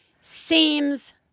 Seems